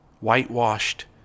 whitewashed